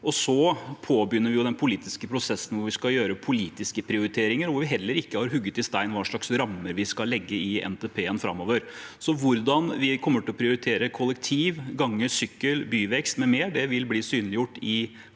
så påbegynner vi den politiske prosessen hvor vi skal gjøre politiske prioriteringer, og hvor vi heller ikke har hugget i stein hva slags rammer vi skal legge i NTPen framover. Hvordan vi kommer til å prioritere kollektivtransport, gange, sykkel, byvekst m.m., vil bli synliggjort i kommende